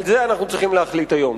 על זה אנחנו צריכים להחליט היום.